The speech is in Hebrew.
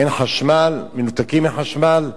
אין חשמל, מנותקים מחשמל.